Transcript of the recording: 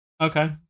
Okay